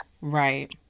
Right